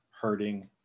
hurting